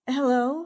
Hello